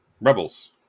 Rebels